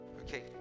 okay